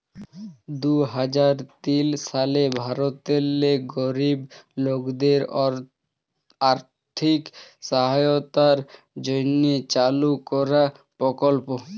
দু হাজার তিল সালে ভারতেল্লে গরিব লকদের আথ্থিক সহায়তার জ্যনহে চালু করা পরকল্প